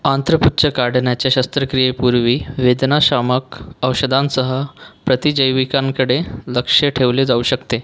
आंत्रपुच्छ काढण्याच्या शस्त्रक्रियेपूर्वी वेदनाशामक औषधांसह प्रतिजैविकांकडे लक्ष ठेवले जाऊ शकते